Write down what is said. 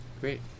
Great